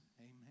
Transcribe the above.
Amen